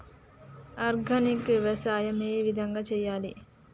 Organic వ్యవసాయం ఏ విధంగా చేయాలి?